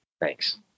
Thanks